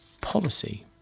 Policy